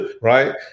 right